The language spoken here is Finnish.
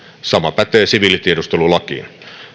sama pätee siviilitiedustelulakiin